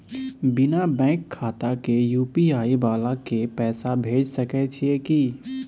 बिना बैंक खाता के यु.पी.आई वाला के पैसा भेज सकै छिए की?